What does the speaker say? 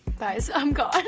guys, i'm gone.